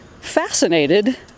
fascinated